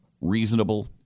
reasonable